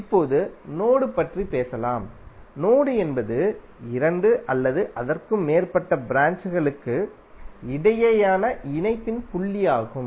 இப்போது நோடு பற்றி பேசலாம் நோடு என்பது இரண்டு அல்லது அதற்கு மேற்பட்ட ப்ராஞ்ச்களுக்கு இடையேயான இணைப்பின் புள்ளியாகும்